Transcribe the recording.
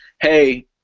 hey